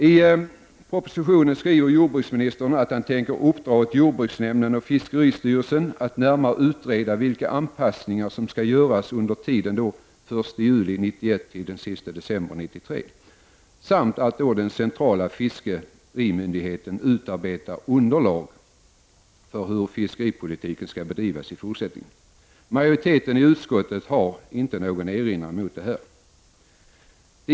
I propositionen skriver jordbruksministern att han tänker uppdra åt jordbruksnämnden och fiskeristyrelsen att närmare utreda vilka anpassningar som skall göras under tiden mellan den 1 juli 1991 och den 31 december 1993 samt att den centrala fiskerimyndigheten skall utarbeta underlag för hur fiskeripolitiken skall bedrivas i fortsättningen. Majoriteten i utskottet har inte någon erinran mot detta.